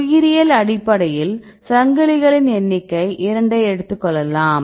உயிரியல் அடிப்படையில் சங்கிலிகளின் எண்ணிக்கை 2 ஐ எடுத்துக்கொள்ளலாம்